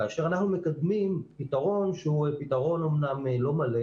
כאשר אנחנו מקדמים פתרון שהוא אמנם לא מלא